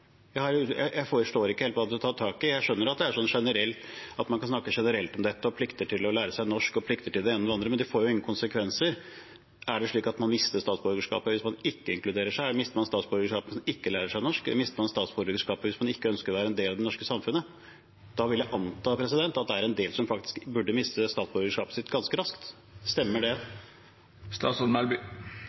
Jeg forstår ikke helt hva statsråden tar tak i. Jeg skjønner at man kan snakke generelt om dette, om plikter til å lære seg norsk og plikter til det ene og det andre, men det får jo ingen konsekvenser. Er det slik at man mister statsborgerskapet hvis man ikke integrerer seg? Mister man statsborgerskapet hvis man ikke lærer seg norsk? Mister man statsborgerskapet hvis man ikke ønsker å være en del av det norske samfunnet? Da vil jeg anta at det er en del som faktisk burde miste statsborgerskapet sitt ganske raskt. Stemmer det?